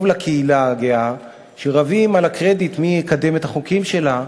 טוב לקהילה הגאה שרבים על הקרדיט מי יקדם את החוקים שלה,